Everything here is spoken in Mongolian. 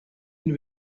энэ